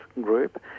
group